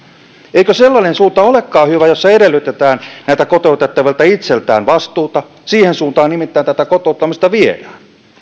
eikö sellainen suunta olekaan hyvä jossa edellytetään näiltä kotoutettavilta itseltään vastuuta siihen suuntaan nimittäin tätä kotouttamista viedään